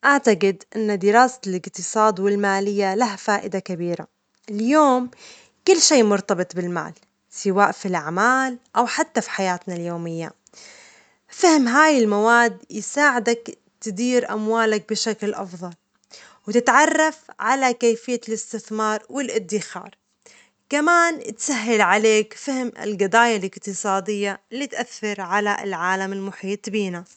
أعتجد إن دراسة الإجتصاد والمالية لها فائدة كبيرة، اليوم كل شيء مرتبط بالمال سواء في الأعمال أو حتى في حياتنا اليومية، فهم هاي المواد يساعدك على إدارة أموالك بشكل أفظل، وتتعرف على كيفية الاستثمار والادخار، كما تسهل عليك فهم الجضايا الاجتصادية اللي تؤثر على العالم المحيط بنا.